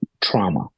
trauma